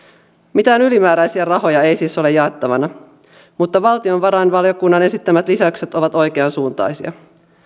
mitään ylimääräisiä rahoja ei siis ole jaettavana mutta valtiovarainvaliokunnan esittämät lisäykset ovat oikeansuuntaisia